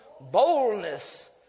boldness